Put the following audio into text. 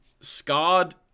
scarred